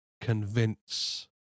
convince